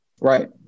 Right